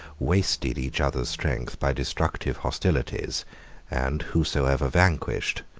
wasted each other's strength by destructive hostilities and whosoever vanquished,